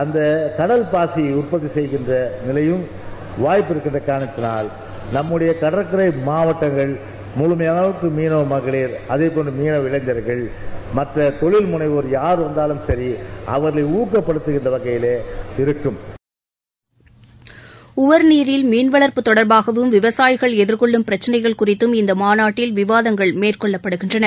அந்த கடல் பாசி உற்பத்தி செய்கின்ற நிலையும் வாய்ப்பு இருக்கின்ற காரணத்தினால் நம்முடைய கடற்கரை மாவட்டங்கள் முழுமையளவிற்கு மீனவ மகளிர் அதேபோன்று மீனவ இளைஞர்கள் மற்ற தொழில் முனைவோர் யார்வந்தாலும் சரி அவர்களை ஊக்கப்படுத்துகின்ற வகையிலே இருக்கும் உவர்நீரில் மீன்வளர்ப்பு தொடர்பாகவும் விவசாயிகள் எதிர்கொள்ளும் பிரச்சினைகள் குறித்தும் இந்த மாநாட்டில் விவாதங்கள் மேற்கொள்ளப்படுகின்றன